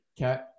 Okay